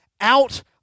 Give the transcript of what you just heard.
out